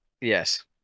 Yes